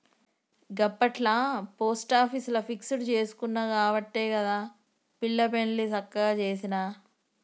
గప్పట్ల పోస్టాపీసుల ఫిక్స్ జేసుకునవట్టే గదా పిల్ల పెండ్లి సక్కగ జేసిన